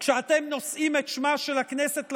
כשאתם נושאים את שמה של הכנסת לשווא,